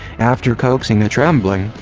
after coaxing a trembling,